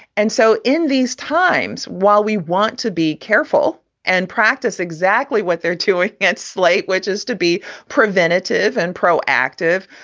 and so in these times, while we want to be careful and practice exactly what they're doing at slate, which is to be preventative and proactive,